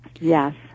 Yes